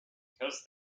because